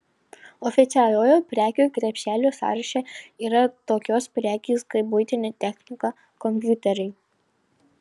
oficialiojo prekių krepšelio sąraše yra tokios prekės kaip buitinė technika kompiuteriai